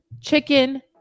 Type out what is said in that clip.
chicken